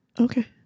Okay